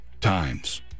times